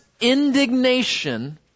indignation